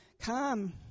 come